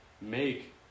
make